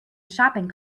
shopping